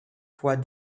fois